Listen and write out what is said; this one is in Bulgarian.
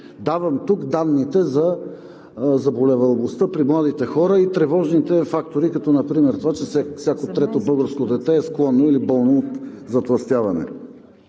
давам данните за заболеваемостта при младите хора и тревожните фактори като например това, че всяко трето българско дете е склонно или болно от затлъстяване.